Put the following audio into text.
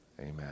amen